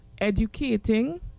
educating